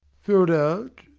filled out?